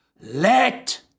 let